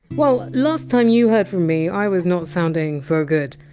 well, last time you heard from me i was not sounding so good.